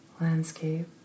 landscape